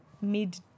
mid